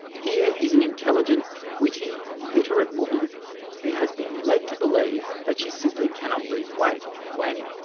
here is an intelligent, witty, literate woman who has been led to believe that she simply cannot lose weight when,